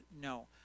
No